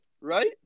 right